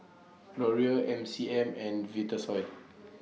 Laurier M C M and Vitasoy